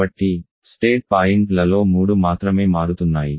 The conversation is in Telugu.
కాబట్టి స్టేట్ పాయింట్లలో మూడు మాత్రమే మారుతున్నాయి